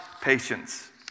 patience